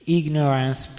ignorance